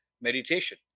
meditation